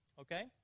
okay